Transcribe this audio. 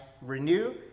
renew